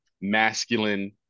masculine